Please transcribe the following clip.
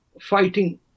fighting